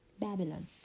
Babylon